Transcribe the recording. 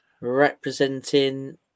representing